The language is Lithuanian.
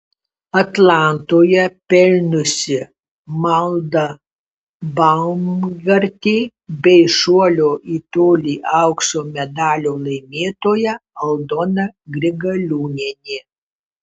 atlantoje pelniusi malda baumgartė bei šuolio į tolį aukso medalio laimėtoja aldona grigaliūnienė